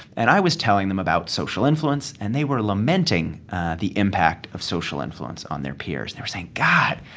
and i was telling them about social influence, and they were lamenting the impact of social influence on their peers. they were saying, god,